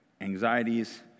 Anxieties